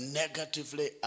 negatively